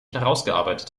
herausgearbeitet